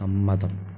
സമ്മതം